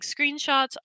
screenshots